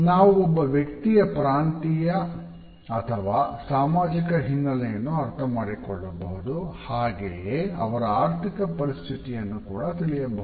ನಾವು ಒಬ್ಬ ವ್ಯಕ್ತಿಯ ಪ್ರಾಂತೀಯಾ ಅಥವಾ ಸಾಮಾಜಿಕ ಹಿನ್ನಲೆಯನ್ನು ಅರ್ಥಮಾಡಿಕೊಳ್ಳಬಹುದು ಹಾಗೆಯೇ ಅವರ ಆರ್ಥಿಕ ಸ್ಥಿತಿಯನ್ನು ಕೂಡ ತಿಳಿಯಬಹುದು